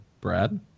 Brad